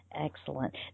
Excellent